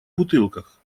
бутылках